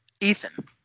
Ethan